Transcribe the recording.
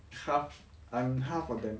twelve and half of them